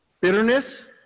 bitterness